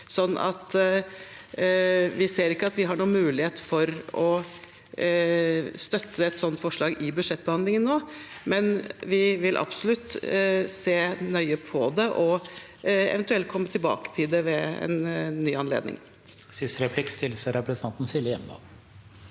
vi kan ikke se at vi har noen mulighet til å støtte et sånt forslag i budsjettbehandlingen nå, men vi vil absolutt se nøye på det og eventuelt komme tilbake til det ved en ny anledning.